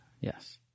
Yes